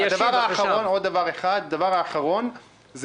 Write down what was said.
הדבר האחרון,